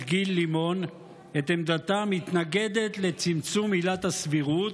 גיל לימון את עמדתה המתנגדת לצמצום עילת הסבירות,